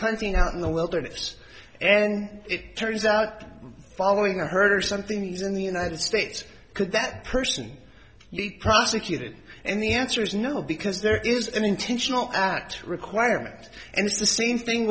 hunting out in the wilderness and it turns out following a herd or something is in the united states could that person prosecuted and the answer is no because there is an intentional act requirement and it's the same thing